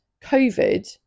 COVID